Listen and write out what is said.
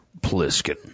Pliskin